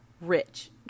rich